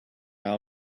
our